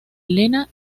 elena